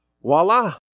Voila